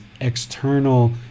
external